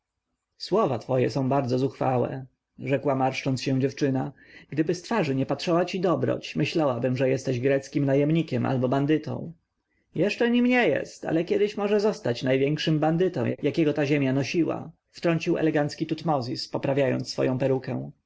słowa twoje są bardzo zuchwałe rzekła marszcząc się dziewczyna gdyby z twarzy nie patrzyła ci dobroć myślałabym że jesteś greckim najemnikiem albo bandytą jeszcze nim nie jest ale kiedyś może zostać największym bandytą jakiego ta ziemia nosiła wtrącił elegancki tutmozis poprawiając swoją perukę